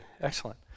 excellent